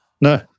No